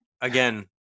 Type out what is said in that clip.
again